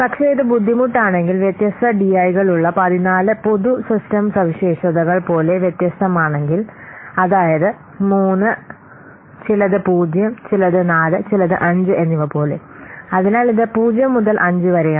പക്ഷെ ഇത് ബുദ്ധിമുട്ടാണെങ്കിൽ വ്യത്യസ്ത ഡിഐകളുള്ള 14 പൊതു സിസ്റ്റം സവിശേഷതകൾ പോലെ വ്യത്യസ്തമാണെങ്കിൽ അതായതു 3 ചിലത് 0 ചിലത് 4 ചിലത് 5 എന്നിവ പോലെ അതിനാൽ ഇത് 0 മുതൽ 5 വരെയാണ്